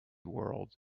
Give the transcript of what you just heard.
world